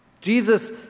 Jesus